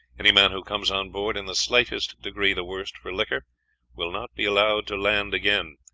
any man who comes on board in the slightest degree the worse for liquor will not be allowed to land again,